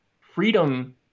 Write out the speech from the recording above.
freedom